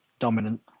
Dominant